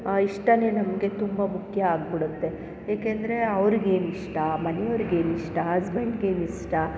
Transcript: ಆ ಇಷ್ಟನೇ ನಮಗೆ ತುಂಬ ಮುಖ್ಯ ಆಗಿಬಿಡುತ್ತೆ ಏಕೆಂದರೆ ಅವರಿಗೇನಿಷ್ಟ ಮನೆಯವರಿಗೇನಿಷ್ಟ ಹಸ್ಬೆಂಡ್ಗೇನಿಷ್ಟ